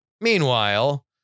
Meanwhile